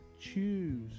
choose